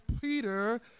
Peter